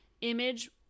image